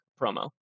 promo